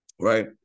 right